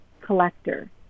collector